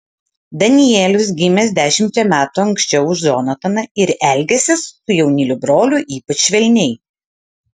danielius gimęs dešimčia metų anksčiau už džonataną ir elgęsis su jaunyliu broliu ypač švelniai